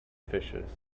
fishes